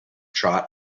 trot